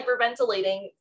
hyperventilating